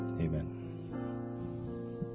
Amen